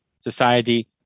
society